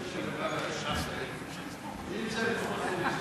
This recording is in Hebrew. התשע"א 2010, נתקבל.